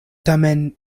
tamen